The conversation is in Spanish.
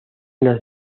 las